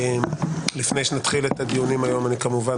לפני שנתחיל את הדיונים היום אני כמובן